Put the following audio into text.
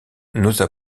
n’osa